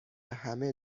همه